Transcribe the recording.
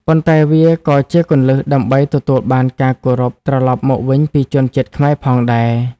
ប៉ុន្តែវាក៏ជាគន្លឹះដើម្បីទទួលបានការគោរពត្រឡប់មកវិញពីជនជាតិខ្មែរផងដែរ។